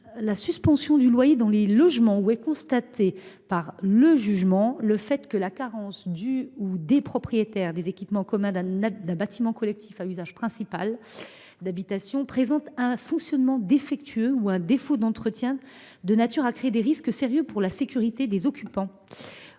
paiement du loyer pour les logements où est constaté par le jugement que la carence du ou des propriétaires des équipements communs d’un bâtiment collectif à usage principal d’habitation entraîne un fonctionnement défectueux ou un défaut d’entretien de nature à créer des risques sérieux pour la sécurité des occupants